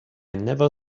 never